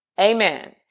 amen